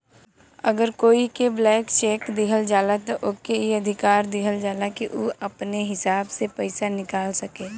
अगर कोई के ब्लैंक चेक दिहल जाला त ओके ई अधिकार दिहल जाला कि उ अपने हिसाब से पइसा निकाल सके